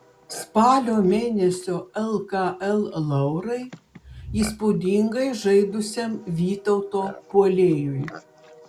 spalio mėnesio lkl laurai įspūdingai žaidusiam vytauto puolėjui